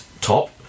top